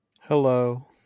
Hello